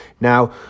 Now